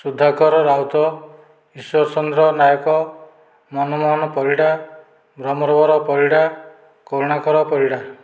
Sudhakar Raut Ishwarchandra Nayak Manmohan Parida Bhramarbar Parida Karunakar Parida